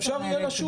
אפשר יהיה לשוב.